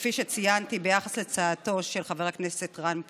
כפי שציינתי ביחס להצעתו של חבר הכנסת רם שפע.